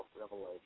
Revelation